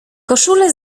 koszulę